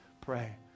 pray